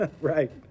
Right